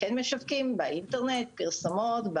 כן משווקים באינטרנט, פרסומות,